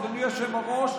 אדוני היושב-ראש,